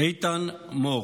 איתן מור,